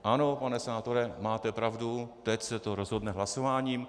Ano, pane senátore, máte pravdu, teď se to rozhodne hlasováním.